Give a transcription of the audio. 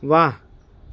વાહ